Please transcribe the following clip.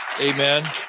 Amen